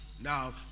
Now